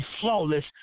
Flawless